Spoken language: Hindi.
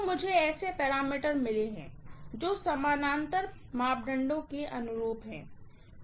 तो मुझे ऐसे पैरामीटर मिले हैं जो समानांतर मापदंडों के अनुरूप हैं